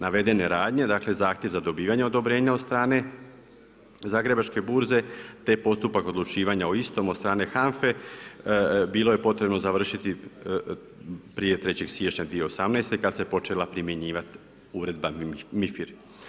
Navedene radnje, dakle zahtjev za dobivanje odobrenja od strane Zagrebačke burze, te postupak odlučivanja o istom od strane HANFA-e bilo je potrebno završiti prije 3. siječnja 2018. kad se počela primjenjivati Uredba MiFIR.